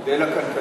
אבל המודל הכלכלי,